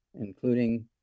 including